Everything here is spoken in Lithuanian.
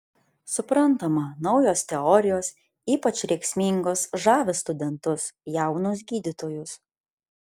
suprantama naujos teorijos ypač rėksmingos žavi studentus jaunus gydytojus